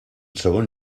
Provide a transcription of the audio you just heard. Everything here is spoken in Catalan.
segon